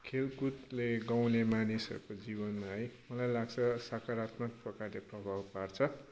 खेलकुदले गाँउले मानिसहरूको जीवनमा है मलाई लाग्छ सकारत्मक प्रकारले प्रभाव पार्छ